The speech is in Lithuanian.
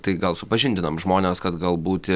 tai gal supažindinam žmones kad galbūt